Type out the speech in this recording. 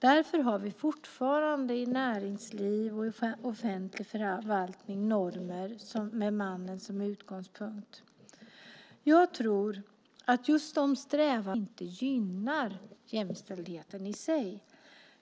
Därför har vi fortfarande i näringsliv och offentlig förvaltning normer med mannen som utgångspunkt. Jag tror att just de strävanden efter jämställdhet som begränsar sig